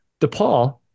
DePaul